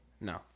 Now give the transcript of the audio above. No